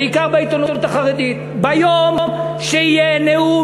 בעיקר בעיתונות החרדית: ביום שיהיה נאום